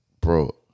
bro